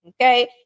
Okay